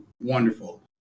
wonderful